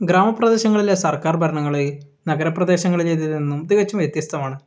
ഗ്രാമപ്രദേശങ്ങളിലെ സർക്കാർ ഭരണങ്ങൾ നഗര പ്രദേശങ്ങളുടേതിൽ നിന്നും തികച്ചും വ്യത്യസ്തമാണ്